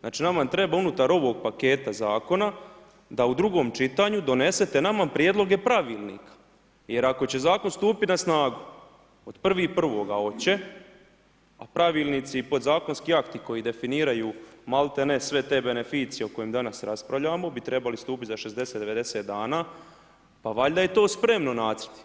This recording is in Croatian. Znači nama treba unutar ovog paketa zakona da u drugom čitanju donesete ... prijedloge pravilnika jer ako će zakon stupit na snagu 1.1., a hoće, a pravilnici i podzakonski akti koji definiraju maltene sve te beneficije o kojima danas raspravljamo bi trebali stupit za 60, 90 dana pa valjda je to spremno, nacrti,